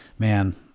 man